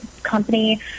company